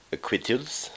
Acquittals